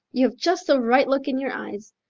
you have just the right look in your eyes.